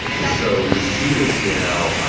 and so we see this now,